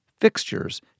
fixtures